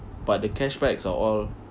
but the cashbacks are all